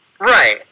Right